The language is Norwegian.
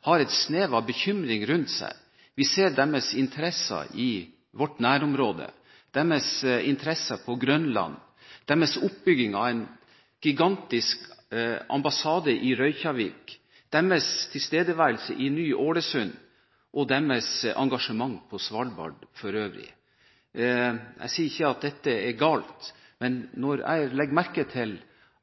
har en snev av bekymring rundt seg. Vi ser deres interesser i vårt nærområde, deres interesser på Grønland, deres oppbygging av en gigantisk ambassade i Reykjavik, deres tilstedeværelse i Ny- Ålesund, og deres engasjement på Svalbard. Jeg sier ikke at dette er galt, men når jeg legger merke til